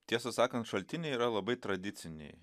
tiesą sakant šaltiniai yra labai tradiciniai